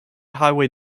highway